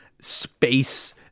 space